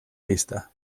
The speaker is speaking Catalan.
pista